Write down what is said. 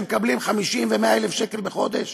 שמקבלים 50,000 ו-100,000 שקל בחודש?